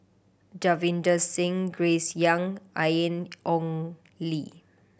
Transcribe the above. Davinder Singh Grace Young and Ian Ong Li